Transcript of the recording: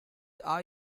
are